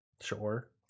Sure